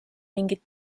mingit